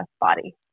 body